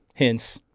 hence,